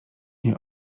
nie